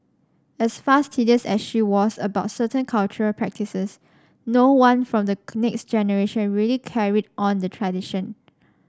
as fastidious as she was about certain cultural practices no one from the next generation really carried on the tradition